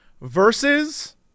versus